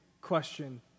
question